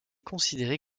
considéré